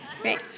Great